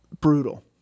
brutal